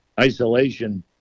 Isolation